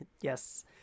yes